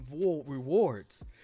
rewards